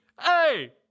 Hey